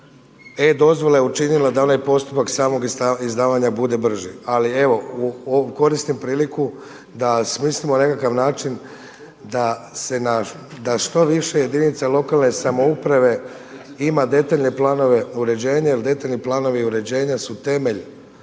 E-dozvola je učinila da onaj postupak samog izdavanja bude brži, ali evo koristim priliku da smislimo nekakav način da se što više jedinica lokalne samouprave ima detaljne planove uređenja jer detaljni planovi uređenja su temelj